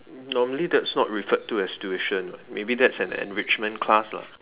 normally that's not referred to as tuition maybe that's an enrichment class lah